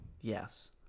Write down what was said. yes